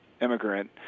immigrant